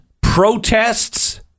protests